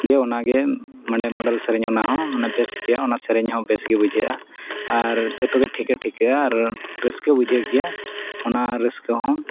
ᱜᱮ ᱚᱱᱟᱜᱮ ᱢᱟᱱᱮ ᱢᱚᱰᱟᱨᱱ ᱥᱮᱨᱮᱧ ᱚᱱᱟᱦᱚᱸ ᱵᱮᱥ ᱜᱮᱭᱟ ᱚᱱᱟ ᱥᱮᱨᱮᱧᱦᱚᱸ ᱵᱮᱥᱜᱮ ᱵᱩᱡᱷᱟᱹᱜᱼᱟ ᱟᱨ ᱡᱚᱛᱚᱜᱮ ᱴᱷᱤᱠᱟᱹ ᱴᱷᱤᱠᱟᱹᱜᱼᱟ ᱟᱨ ᱨᱟᱹᱥᱠᱟᱹ ᱵᱩᱡᱷᱟᱹᱜ ᱜᱮᱭᱟ ᱚᱱᱟ ᱨᱟᱹᱥᱠᱟᱹ ᱦᱚᱸ